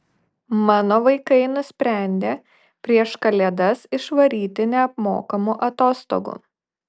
mano vaikai nusprendė prieš kalėdas išvaryti neapmokamų atostogų